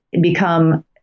become